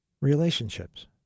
relationships